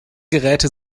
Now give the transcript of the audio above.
geräte